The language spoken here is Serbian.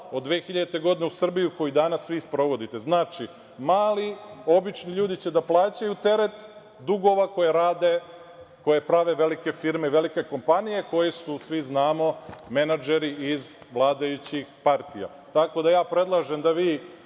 od 2000. godine u Srbiju i koju danas vi sprovodite. Znači, mali obični ljudi će da plaćaju teret dugova koje prave velike firme i velike kompanije koje su, svi znamo, menadžeri iz vladajućih partija. Tako da, ja predlažem da vi